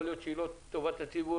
יכול להיות שהיא לא טובת הציבור,